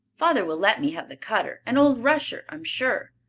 father will let me have the cutter and old rusher, i'm sure.